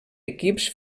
equips